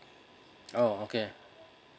oh okay